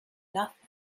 nothing